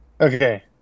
okay